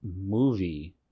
movie